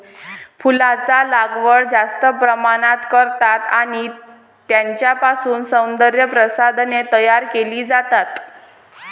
फुलांचा लागवड जास्त प्रमाणात करतात आणि त्यांच्यापासून सौंदर्य प्रसाधने तयार केली जातात